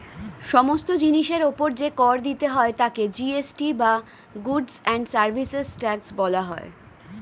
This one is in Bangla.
সমস্ত জিনিসের উপর যে কর দিতে হয় তাকে জি.এস.টি বা গুডস্ অ্যান্ড সার্ভিসেস ট্যাক্স বলা হয়